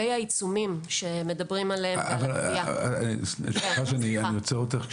סליחה שאני עוצר אותך.